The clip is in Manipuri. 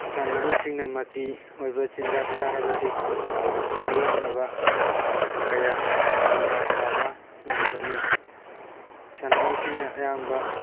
ꯁꯥꯟꯅꯔꯣꯏꯁꯤꯡꯅ ꯃꯆꯤ ꯑꯣꯏꯕ ꯆꯤꯟꯖꯥꯛ ꯆꯥꯔꯕꯗꯤ ꯃꯥꯏꯌꯣꯛꯅꯕ ꯀꯌꯥ ꯂꯝꯕꯥ ꯄꯥꯕ ꯉꯝꯒꯅꯤ ꯁꯥꯟꯅꯔꯣꯏꯁꯤꯡꯅ ꯑꯌꯥꯝꯕ